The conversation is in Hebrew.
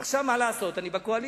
עכשיו, מה לעשות, אני בקואליציה.